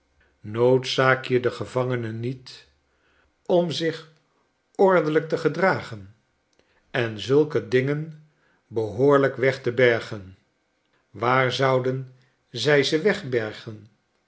noodzaak je de gevangenen niet om zich ordelijk te gedragen en zulke dingen behoorlijk weg te bergen waar zouden zij ze wegbergen